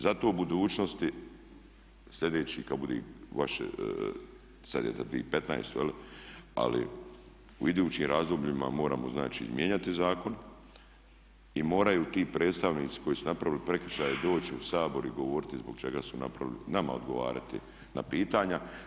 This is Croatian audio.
Zato u budućnosti sljedeći kad bude vaše, sad je za 2015. jel', ali u idućim razdobljima moramo znači mijenjati zakon i moraju ti predstavnici koji su napravili prekršaje doći u Sabor i govoriti zbog čega su napravili, nama odgovarati na pitanja.